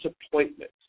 disappointment